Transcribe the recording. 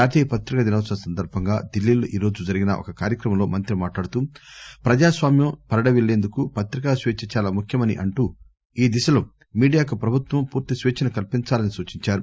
జాతీయ పత్రికా దినోత్సవం సందర్బంగా ఢిల్లీలో ఈ రోజు జరిగిన ఒక కార్యక్రమంలో మంత్రి మాట్లాడుతూ ప్రజాస్వామ్నం పరిఢవిల్లేందుకు పత్రికా స్వేచ్చ చాలా ముఖ్యమని అంటూ ఈ దిశలో మీడియాకు ప్రభుత్వం పూర్తి స్వేచ్చ ను కల్పించాలని సూచించారు